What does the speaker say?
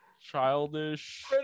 Childish